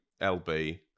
LB